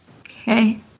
Okay